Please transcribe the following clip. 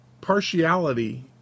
partiality